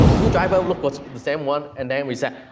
two driver look what same one, and then we say,